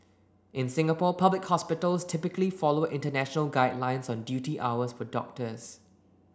in Singapore public hospitals typically follow international guidelines on duty hours for doctors